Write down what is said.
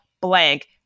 blank